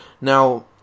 now